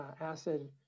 acid